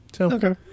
Okay